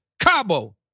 Cabo